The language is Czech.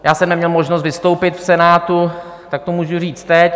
Já jsem neměl možnost vystoupit v Senátu, tak to můžu říct teď.